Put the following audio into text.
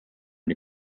oli